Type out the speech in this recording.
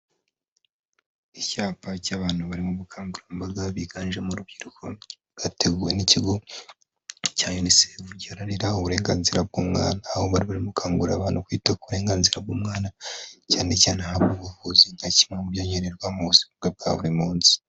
Icyapa cy'abantu bari mu bukangurambaga biganjemo urubyiruko, bwateguwe n'ikigo cya yunisefu giharanira uburenganzira bw'umwana, aho bari bari gukangurira abantu kwita ku burenganzira bw'umwana cyane cyane ahabwa ubuvuzi nka kimwe mu byo agenerwa mu buzima bwe bwa buri munsi.